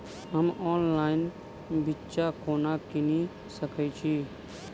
हम ऑनलाइन बिच्चा कोना किनि सके छी?